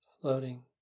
floating